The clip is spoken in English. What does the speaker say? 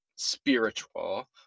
spiritual